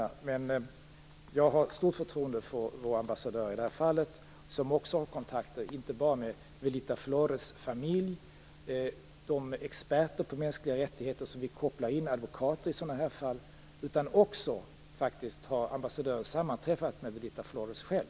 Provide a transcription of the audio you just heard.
Jag har i det här fallet ett stort förtroende för vår ambassadör, som inte bara har kontakter med Velita Flores familj och med experter på mänskliga rättigheter, advokater som vi kopplar in i sådana här fall, utan faktiskt också med Velita Flores själv.